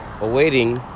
awaiting